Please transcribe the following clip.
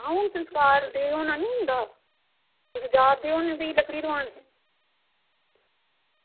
आं हून संस्कार ते होना नी उंदा ते भी तुस जा दे होने लकड़ी दोआनै गी